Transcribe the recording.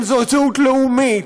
אם זו זהות לאומית,